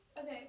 Okay